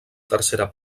tercera